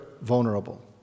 vulnerable